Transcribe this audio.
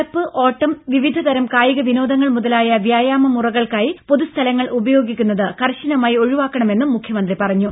നടപ്പ് ഓട്ടം വിവിധതരം കായികവിനോദങ്ങൾ മുതലായ വ്യായാമ മുറകൾക്കായി പൊതുസ്ഥലങ്ങൾ ഉപയോഗിക്കുന്നത് കർശനമായി ഒഴിവാക്കണമെന്നും മുഖ്യമന്ത്രി പറഞ്ഞു